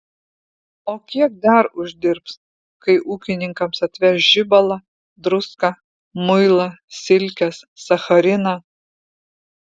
o kiek dar uždirbs kai ūkininkams atveš žibalą druską muilą silkes sachariną